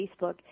Facebook